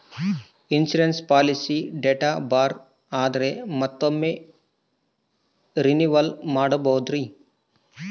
Insurance policy date ಬಾರ್ ಆದರೆ ಮತ್ತೊಮ್ಮೆ ರಿನಿವಲ್ ಮಾಡಬಹುದ್ರಿ?